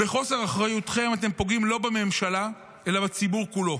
בחוסר אחריותכם אתם פוגעים לא בממשלה אלא בציבור כולו.